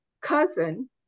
cousin